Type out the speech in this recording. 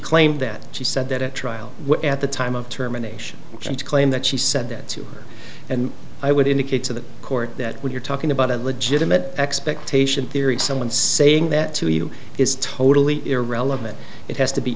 claimed that she said that at trial at the time of terminations and to claim that she said that to her and i would indicate to the court that when you're talking about a legitimate expectation theory someone saying that to you is totally irrelevant it has to be